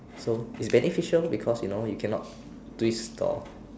so is beneficial because you know you cannot twist or